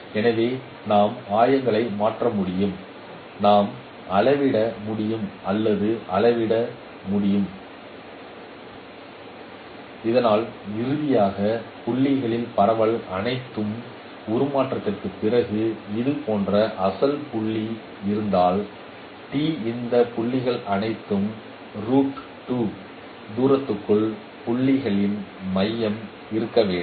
எனவே நாம் ஆயங்களை மாற்ற முடியும் நாம் அளவிட முடியும் அல்லது அளவிட முடியும் இதனால் இறுதியாக புள்ளிகளின் பரவல் அனைத்தும் உருமாற்றத்திற்குப் பிறகு இது போன்ற அசல் புள்ளி இருந்தால் T இந்த புள்ளிகள் அனைத்தும் தூரத்திற்குள் புள்ளிகளின் மையம் இருக்க வேண்டும்